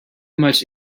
much